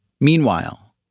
Meanwhile